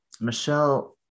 Michelle